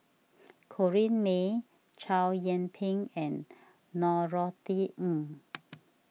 Corrinne May Chow Yian Ping and Norothy Ng